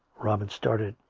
robin started.